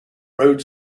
road